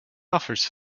authors